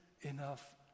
enough